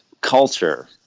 culture